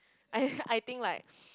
I I think